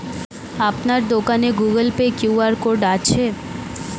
আপনার দোকানে Google Pay QR code আছে?